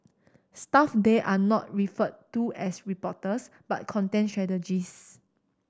staff there are not referred to as reporters but content strategist